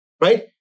right